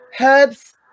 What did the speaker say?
Herbs